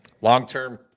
long-term